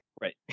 Right